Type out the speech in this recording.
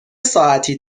ساعتی